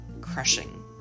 crushing